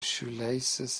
shoelaces